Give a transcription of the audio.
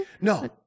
No